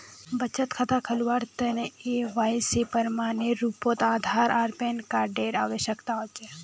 बचत खता खोलावार तने के.वाइ.सी प्रमाण एर रूपोत आधार आर पैन कार्ड एर आवश्यकता होचे